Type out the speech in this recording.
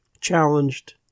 challenged